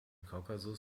kaukasus